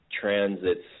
transits